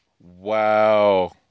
Wow